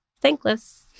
thankless